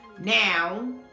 Now